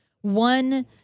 one